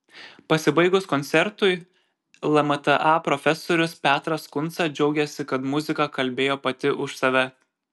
pasibaigus koncertui lmta profesorius petras kunca džiaugėsi kad muzika kalbėjo pati už save